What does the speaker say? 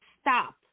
stop